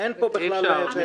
אין פה בכלל --- אי אפשר.